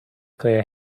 clear